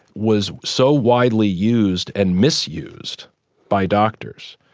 was so widely used and misused by doctors.